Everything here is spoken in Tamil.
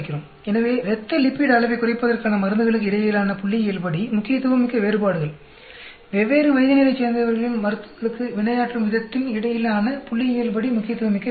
எனவே இரத்த லிபிட் அளவைக் குறைப்பதற்கான மருந்துகளுக்கு இடையிலான புள்ளியியல்படி முக்கியத்துவமிக்க வேறுபாடுகள் வெவ்வேறு வயதினரைச் சேர்ந்தவர்களின் மருந்துகளுக்கு வினையாற்றும் விதத்தின் இடையிலான புள்ளியியல்படி முக்கியத்துவமிக்க வேறுபாடுகள்